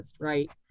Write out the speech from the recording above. right